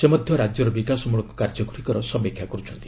ସେ ମଧ୍ୟ ରାଜ୍ୟର ବିକାଶମୂଳକ କାର୍ଯ୍ୟଗୁଡ଼ିକର ସମୀକ୍ଷା କରୁଛନ୍ତି